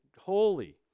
holy